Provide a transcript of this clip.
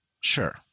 Sure